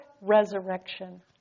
resurrection